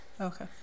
Okay